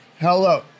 Hello